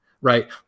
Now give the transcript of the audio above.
right